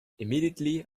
immediately